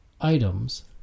items